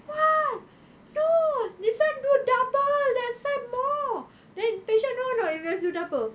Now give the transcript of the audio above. what no this one don't double that's why more then patient know or not you guys do double